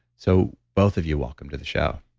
so both of you welcome to the show